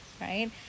right